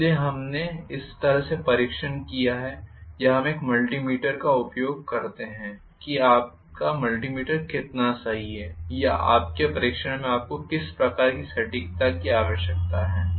इसलिए हमने इस तरह से परीक्षण किया है या हम एक मल्टीमीटर का उपयोग करते हैं कि आपका मल्टीमीटर कितना सही है या आपके परीक्षण में आपको किस प्रकार की सटीकता की आवश्यकता है